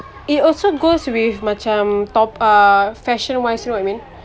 it also goes with macam top uh fashion wise you know what I mean